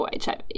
HIV